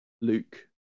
Luke